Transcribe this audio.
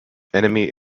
enemy